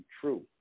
true